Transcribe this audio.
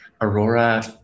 aurora